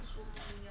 just one more minute